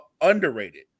underrated